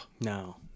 No